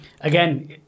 Again